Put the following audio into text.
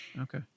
Okay